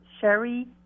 Sherry